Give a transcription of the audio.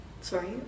sorry